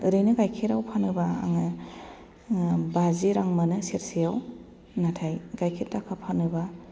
ओरैनो गायखेराव फानोबा आङो बाजि रां मोनो सेरसेयाव नाथाय गायखेर दाखा फानोबा